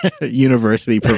university